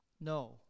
No